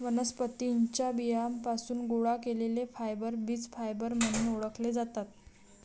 वनस्पतीं च्या बियांपासून गोळा केलेले फायबर बीज फायबर म्हणून ओळखले जातात